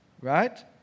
right